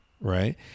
right